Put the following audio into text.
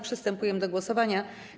Przystępujemy do głosowania.